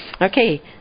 Okay